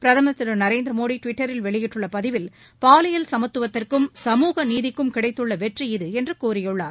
பிரதமர் திரு நரேந்திர மோடி டுவிட்டரில் வெளியிட்டுள்ள பதிவில் பாலியல் சமத்துவத்திற்கும் சமநீதிக்கும் கிடைத்துள்ள வெற்றி இது என்று கூறியுள்ளார்